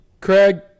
Craig